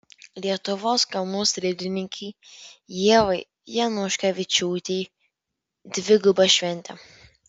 lietuvos kalnų slidininkei ievai januškevičiūtei dviguba šventė